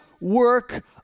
work